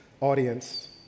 audience